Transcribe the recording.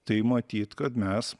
tai matyt kad mes